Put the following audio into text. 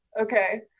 Okay